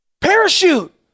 Parachute